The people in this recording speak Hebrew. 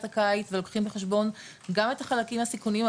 הקיץ ולוקחים בחשבון גם את החלקים הסיכונים,